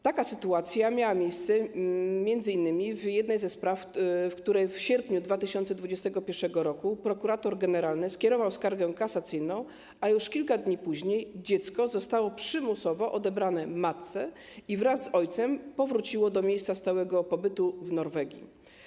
Taka sytuacja miała miejsce m.in. w jednej ze spraw, w której w sierpniu 2021 r. prokurator generalny skierował skargę kasacyjną, a już kilka dni później dziecko zostało przymusowo odebrane matce i wraz z ojcem powróciło do miejsca stałego pobytu w Norwegii.